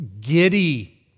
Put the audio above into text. giddy